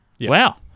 Wow